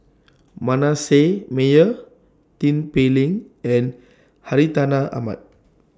Manasseh Meyer Tin Pei Ling and Hartinah Ahmad